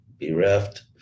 bereft